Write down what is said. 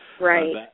Right